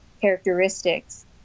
characteristics